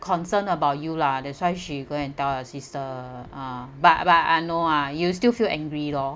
concerned about you lah that's why she go and tell your sister uh ah but but I know lah you still feel angry lor